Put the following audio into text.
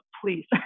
please